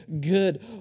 good